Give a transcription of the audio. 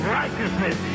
righteousness